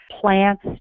plants